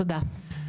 תודה.